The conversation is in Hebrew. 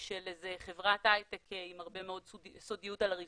של איזה חברת הייטק עם הרבה מאוד סודיות על הרווחיות,